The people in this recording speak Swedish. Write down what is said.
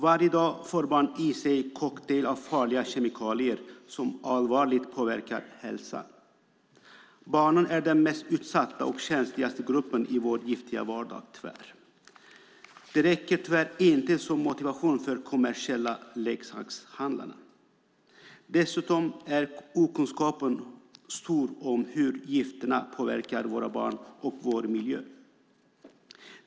Varje dag får barn i sig en cocktail av farliga kemikalier som allvarligt påverkar hälsan. Barnen är den mest utsatta och känsligaste gruppen i vår giftiga vardag. Det räcker tyvärr inte som motivation för kommersiella leksakshandlare. Dessutom är okunskapen stor om hur gifterna påverkar våra barn och vår miljö.